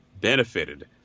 benefited